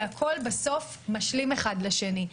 הכול בסוף משלים אחד לשני.